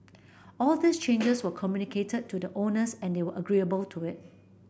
all these changes were communicated to the owners and they were agreeable to it